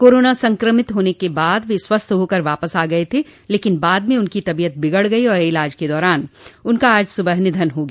corona संक्रमित होने के बाद वह स्वस्थ होकर वापस आ गये थे लेकिन बाद में उनकी तबियत बिगड गई और इलाज के दौरान उनका आज सुबह निधन हो गया